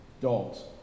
dogs